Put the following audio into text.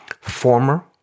former